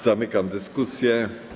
Zamykam dyskusję.